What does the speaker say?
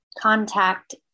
contact